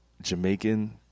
Jamaican